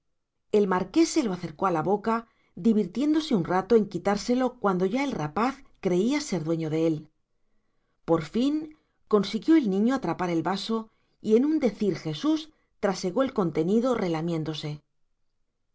el marqués se lo acercó a la boca divirtiéndose un rato en quitárselo cuando ya el rapaz creía ser dueño de él por fin consiguió el niño atrapar el vaso y en un decir jesús trasegó el contenido relamiéndose